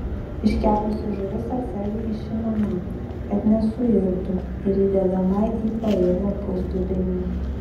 iškepusi žuvis atsargiai išimama kad nesuirtų ir įdedama į pailgą pusdubenį